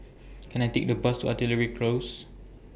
Can I Take A Bus to Artillery Close